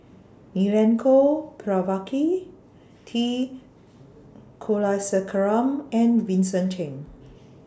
Milenko Prvacki T Kulasekaram and Vincent Cheng